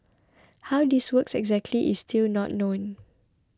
how this works exactly is still not known